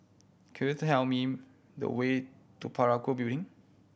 could you tell me the way to Parakou Building